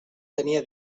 tenia